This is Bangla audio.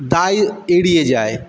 দায় এড়িয়ে যায়